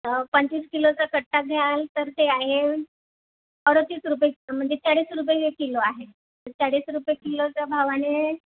पंचवीस किलोचा कट्टा घ्याल तर ते आहे अडतीस रुपये कि म्हणजे चाळीस रुपये किलो आहे तर चाळीस रुपये किलोच्या भावाने